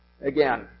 Again